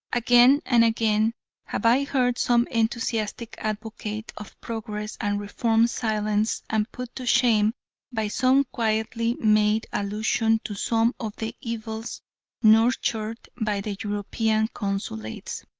again and again have i heard some enthusiastic advocate of progress and reform silenced and put to shame by some quietly made allusion to some of the evils nurtured by the european consulates,